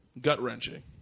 gut-wrenching